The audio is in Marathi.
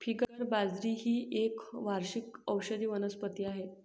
फिंगर बाजरी ही एक वार्षिक औषधी वनस्पती आहे